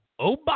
Obama